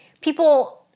people